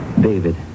David